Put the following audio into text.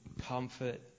comfort